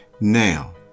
Now